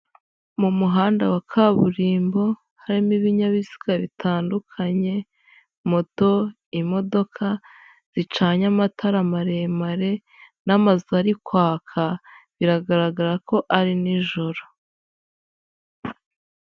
Mu muhanda wa kaburimbo harimo ibinyabiziga bitandukanye, moto, imodoka zicanye amatara maremare n'amazu ari kwaka biragaragara ko ari nijoro.